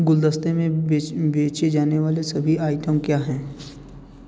गुलदस्ते में बेच बेचे जाने वाले सभी आइटम क्या हैं